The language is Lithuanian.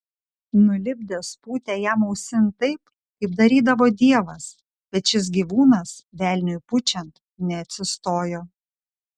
nulipdęs pūtė jam ausin taip kaip darydavo dievas bet šis gyvūnas velniui pučiant neatsistojo